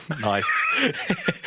Nice